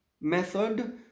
method